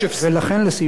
ולכן,